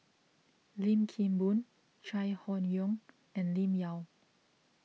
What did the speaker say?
Lim Kim Boon Chai Hon Yoong and Lim Yau